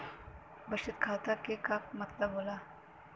बचत खाता के का मतलब होला?